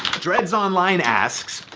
dreads online asks,